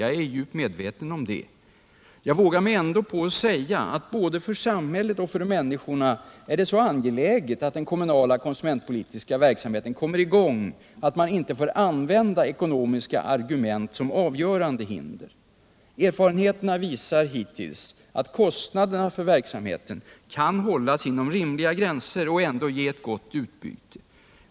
Jag är djupt medveten om det, men jag vågar mig ändå på att säga att både för samhället och för människorna är det så angeläget att den kommunala konsumentpolitiska verksamheten kommer i gång och att man inte får använda ekonomiska argument som avgörande hinder. Erfarenheterna hittills visar att kostnaderna för verksamheten kan hållas inom rimliga gränser och ändå ge ett gott utbyte.